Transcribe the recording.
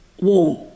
warm